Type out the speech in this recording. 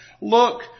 look